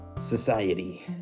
Society